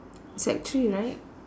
sec three right